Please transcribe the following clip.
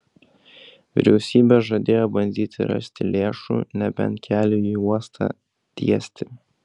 vyriausybė žadėjo bandyti rasti lėšų nebent keliui į uostą tiesti